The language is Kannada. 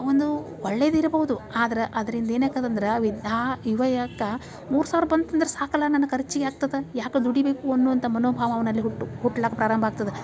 ಒಂದು ಒಳ್ಳೆದು ಇರಬೌದು ಆದ್ರೆ ಅದ್ರಿಂದ ಏನಾಕದೆ ಅಂದ್ರೆ ಮೂರು ಸಾವಿರ ಬಂತಂದ್ರೆ ಸಾಕಲ್ಲ ನನ್ನ ಖರ್ಚಿಗೆ ಆಗ್ತದೆ ಯಾಕೆ ದುಡಿಯಬೇಕು ಅನ್ನುವಂಥ ಮನೋಭಾವ ಅವನಲ್ಲಿ ಹುಟ್ಟು ಹುಟ್ಲಕ್ಕೆ ಪ್ರಾರಂಭ ಆಗ್ತದೆ